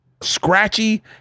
scratchy